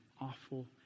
awful